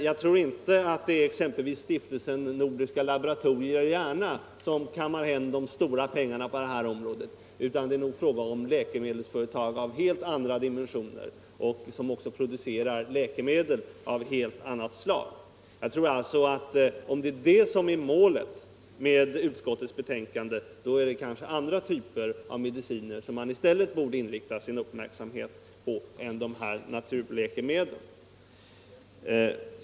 Jag tror emellertid inte att det är exempelvis Stiftelsen Nordiska Laboratoriet i Järna som kammar hem de stora pengarna på detta område, utan det är nog läkemedelsföretag av helt andra dimensioner som gör det. Och de producerar också läkemedel av ett helt annat slag. Om detta är målet för utskottets betänkande tror jag därför att det är andra typer av mediciner som man i stället borde inrikta sin uppmärksamhet på än naturläkemedlen.